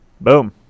Boom